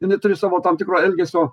jinai turi savo tam tikro elgesio